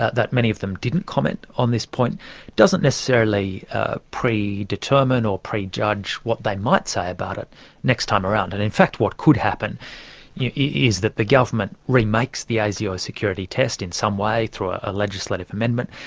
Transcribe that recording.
ah that many of them didn't comment on this point doesn't necessarily predetermine or prejudge what they might say about it next time around, and in fact what could happen is that the government remakes the asio security test in some way, through a legislative amendment,